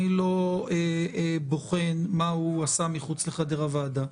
אני לא בוחן מה הוא עשה מחוץ לחדר הוועדה.